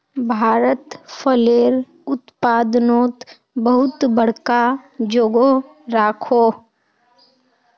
भारत फलेर उत्पादनोत बहुत बड़का जोगोह राखोह